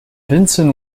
vinson